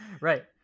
Right